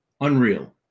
Unreal